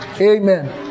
Amen